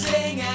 Sing